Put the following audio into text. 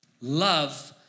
Love